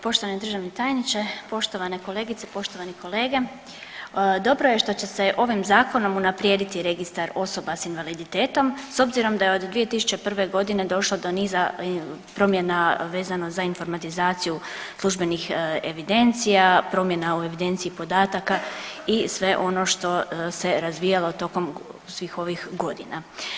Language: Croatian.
Poštovani državni tajniče, poštovane kolegice, poštovani kolege, dobro je što će se ovim zakonom unaprijediti registar osoba s invaliditetom s obzirom da je od 2001. godine došlo do niza promjena vezano za informatizaciju službenih evidencija, promjena u evidenciji podataka i sve ono što se razvijalo tokom svih ovih godina.